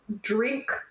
drink